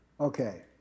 Okay